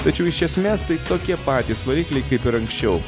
tačiau iš esmės tai tokie patys varikliai kaip ir anksčiau